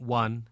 one